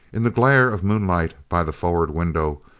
in the glare of moonlight by the forward window,